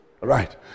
Right